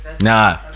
Nah